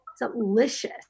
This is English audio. delicious